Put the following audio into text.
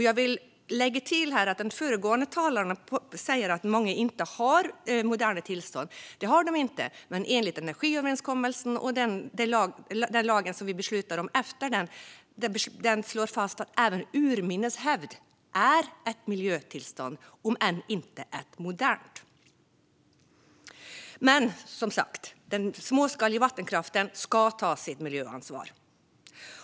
Jag vill här tillägga att den föregående talaren säger att många inte har moderna tillstånd. Det har de inte, men i energiöverenskommelsen och i den lag som vi beslutade om efter dess tillkomst slås det fast att även urminnes hävd är ett miljötillstånd, om än inte ett modernt. Men, som sagt, den småskaliga vattenkraften ska ta sitt miljöansvar.